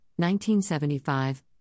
1975